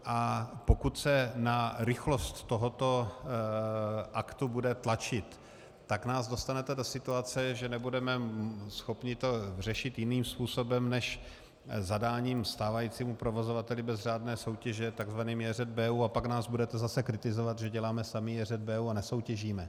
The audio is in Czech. A pokud se na rychlost tohoto aktu bude tlačit, tak nás dostanete do situace, že nebudeme schopni to řešit jiným způsobem než zadáním stávajícímu provozovateli bez řádné soutěže, tzv. JŘBU, a pak nás budete zase kritizovat, že děláme samá JŘBU a nesoutěžíme.